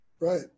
Right